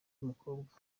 y’umukobwa